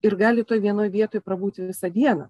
ir gali toj vienoj vietoj prabūti visą dieną